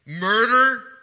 murder